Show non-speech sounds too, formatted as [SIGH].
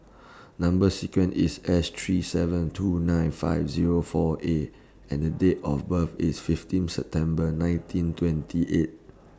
Number sequence IS S three seven two nine five Zero four A and Date of birth IS fifteen September nineteen [NOISE] twenty eight